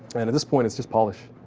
and at this point it's just polish.